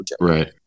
Right